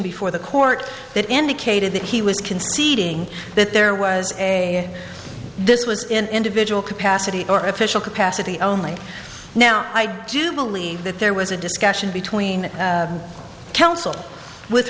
before the court that indicated that he was conceding that there was a this was in individual capacity or official capacity only now i do believe that there was a discussion between counsel with